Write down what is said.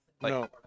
no